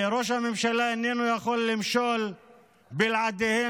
ראש הממשלה איננו יכול למשול בלעדיהם,